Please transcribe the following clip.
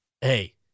Hey